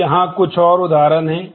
तो यहाँ कुछ और उदाहरण हैं